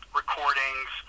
recordings